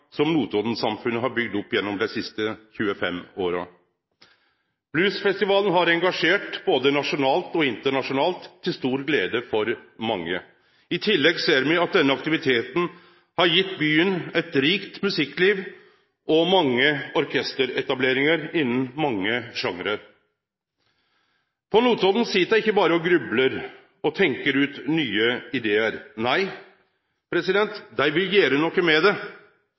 som Notodden-samfunnet har bygd opp gjennom dei siste 25 åra. Bluesfestivalen har engasjert både nasjonalt og internasjonalt, til stor glede for mange. I tillegg ser me at denne aktiviteten har gjeve byen eit rikt musikkliv og mange orkesteretableringar innan mange sjangrar. På Notodden sit dei ikkje berre og grublar og tenkjer ut nye idear. Nei, dei vil gjere noko med det,